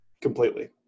Completely